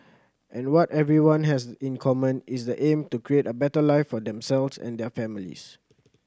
and what everyone has in common is the aim to create a better life for themselves and their families